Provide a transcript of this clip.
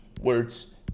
words